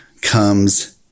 comes